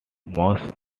most